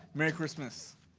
merry christmas.